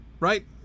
right